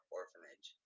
orphanage